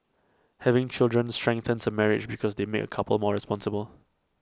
having children strengthens A marriage because they make couples more responsible